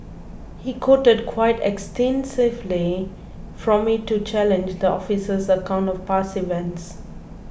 he quoted quite extensively from it to challenge the officer's account of past events